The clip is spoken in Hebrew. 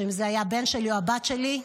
שאם זה היה הבן שלי או הבת שלי,